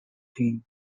team